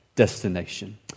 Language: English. destination